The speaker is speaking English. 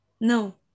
No